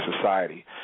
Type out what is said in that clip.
Society